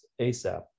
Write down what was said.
ASAP